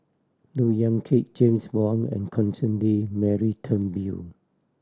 Look Yan Kit James Wong and Mary Turnbull